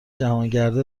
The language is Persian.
جهانگردا